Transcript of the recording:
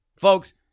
folks